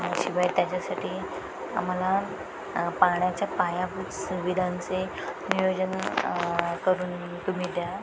शिवाय त्याच्यासाठी आम्हाला पाण्याच्या पायाभूत सुविधांचे नियोजन करून तुम्ही द्या